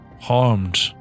harmed